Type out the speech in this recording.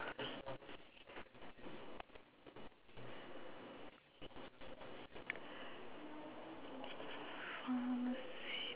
pharmacy